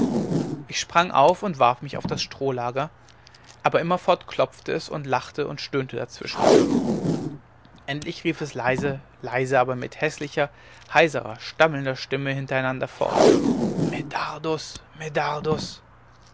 ich sprang auf und warf mich auf das strohlager aber immerfort klopfte es und lachte und stöhnte dazwischen endlich rief es leise leise aber wie mit häßlicher heiserer stammelnder stimme hintereinander fort